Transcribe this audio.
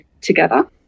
together